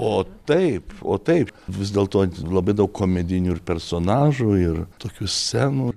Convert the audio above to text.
o taip o taip vis dėl to labai daug komedijinių ir personažų ir tokių scenų